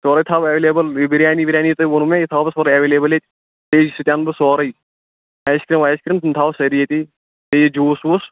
سورُے تھاوَو ایٚویلیبٕل بِریانی وِِریانی یِہِ تۅہہِ ووٚنوٕ یہِ تھاوَو سورُے ایٚویلیبٕل ییٚتہِ بیٚیہِ سُہ تہِ اَنہٕ بہٕ سورُے آیِس کرٛیم وایِس کرٛیم تِم تھاہوٗکھ سٲری ییٚتی بیٚیہِ جوٗس ووٗس